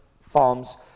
farms